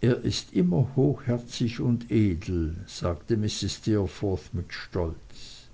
er ist immer hochherzig und edel sagte mrs steerforth mit stolz